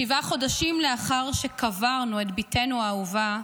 שבעה חודשים לאחר שקברנו את בתנו האהובה,